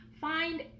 Find